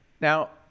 Now